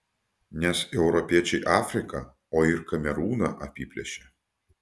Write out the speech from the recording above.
nes europiečiai afriką o ir kamerūną apiplėšė